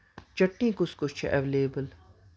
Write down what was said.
چیٹی کُس کُس چھُ ایویلیبٕل